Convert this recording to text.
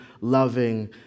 loving